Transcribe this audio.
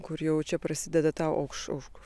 kur jau čia prasideda tau aukš aukš